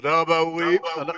תודה רבה, אורי.